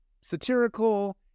satirical